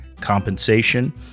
compensation